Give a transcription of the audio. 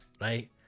right